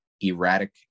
erratic